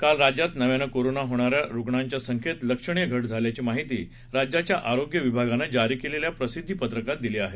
काल राज्यात नव्यानं कोरोना होणाऱ्या रूग्णांच्या संख्येत लक्षणीय घट झाल्याची माहिती राज्याच्या आरोग्य विभागानं जारी केलेल्या प्रसिद्धी पत्रकात दिली आहे